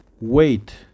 Wait